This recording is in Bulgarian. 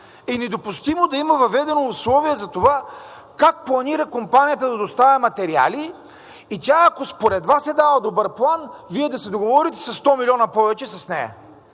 е недопустимо да има въведено условие за това как планира компанията да доставя материали и тя, ако според Вас е дала добър план, Вие да се договорите със 100 милиона повече с нея.